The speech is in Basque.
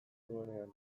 nuenean